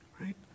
right